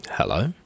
Hello